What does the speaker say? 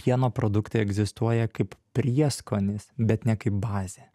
pieno produktai egzistuoja kaip prieskonis bet ne kaip bazė